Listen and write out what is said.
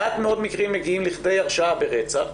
מעט מאוד מקרים מגיעים לכדי הרשעה ברצח,